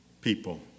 people